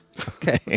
Okay